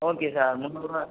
okay sir முன்னூறுபாய்